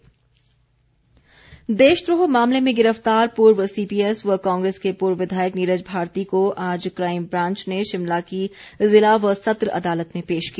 नीरज भारती देशद्रोह मामले में गिरफ्तार पूर्व सीपीएस व कांग्रेस के पूर्व विधायक नीरज भारती को आज काईम ब्रांच ने शिमला की जिला व सत्र अदालत में पेश किया